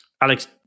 Alex